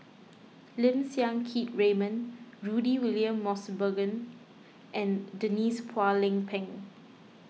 Lim Siang Keat Raymond Rudy William Mosbergen and Denise Phua Lay Peng